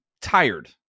tired